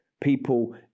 People